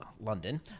London